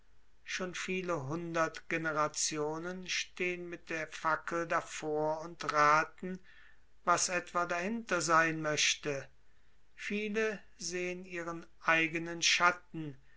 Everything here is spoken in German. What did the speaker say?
schon viele hundert generationen stehen mit der fackel davor und raten was etwa dahinter sein möchte viele sehen ihren eigenen schatten